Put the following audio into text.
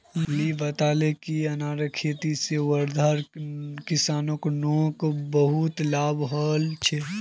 lily बताले कि अनारेर खेती से वर्धार किसानोंक बहुत लाभ हल छे